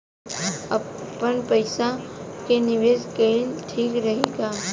आपनपईसा के निवेस कईल ठीक रही का?